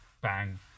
bang